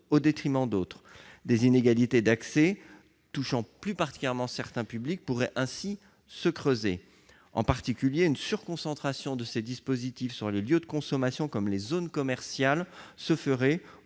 au détriment d'autres. Des inégalités d'accès, touchant plus particulièrement certains publics, pourraient ainsi se creuser. Notamment, une surconcentration de ces dispositifs sur les lieux de consommation, comme les zones commerciales, se ferait